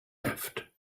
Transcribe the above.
left